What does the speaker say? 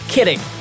Kidding